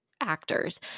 actors